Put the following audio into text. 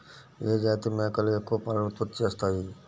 ఏ జాతి మేకలు ఎక్కువ పాలను ఉత్పత్తి చేస్తాయి?